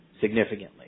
significantly